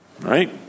Right